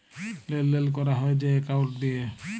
লেলদেল ক্যরা হ্যয় যে একাউল্ট দিঁয়ে